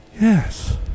Yes